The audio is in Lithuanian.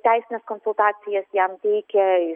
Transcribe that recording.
teisines konsultacijas jam teikia